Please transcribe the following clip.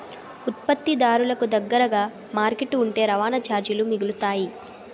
ఉత్పత్తిదారులకు దగ్గరగా మార్కెట్ ఉంటే రవాణా చార్జీలు మిగులుతాయి